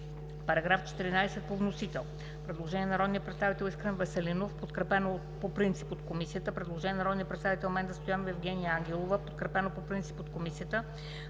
Параграф 2 по вносител.